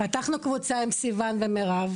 פתחנו קבוצה עם סיוון ומירב